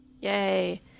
Yay